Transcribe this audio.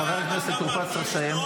חבר הכנסת טור פז, צריך לסיים.